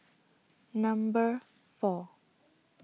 Number four